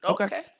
Okay